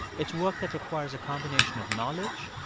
it's work that requires a combination of knowledge,